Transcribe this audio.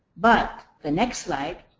but the next slide.